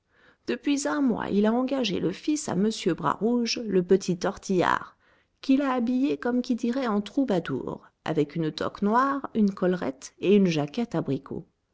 depuis un mois il a engagé le fils à m bras rouge le petit tortillard qu'il a habillé comme qui dirait en troubadour avec une toque noire une collerette et une jaquette abricot